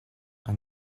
and